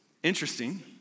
Interesting